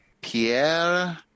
Pierre